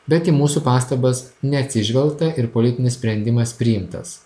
bet į mūsų pastabas neatsižvelgta ir politinis sprendimas priimtas